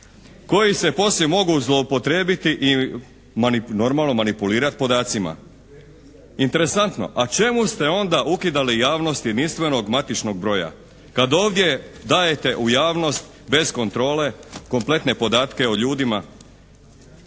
koji se poslije mogu zloupotrijebiti i normalno manipulirati podacima. Interesantno. A čemu ste onda ukidali javnosti jedinstvenog matičnog broja kad ovdje dajete u javnost bez kontrole kompletne podatke o ljudima.